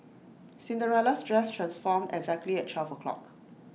Cinderella's dress transformed exactly at twelve o'clock